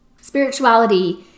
Spirituality